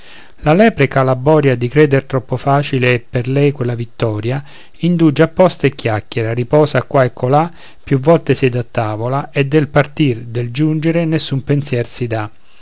la boria di creder troppo facile per lei quella vittoria indugia apposta e chiacchiera riposa qua e colà più volte siede a tavola e del partir del giungere nessun pensier si dà